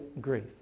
grief